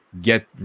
get